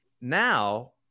now